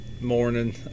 morning